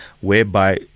whereby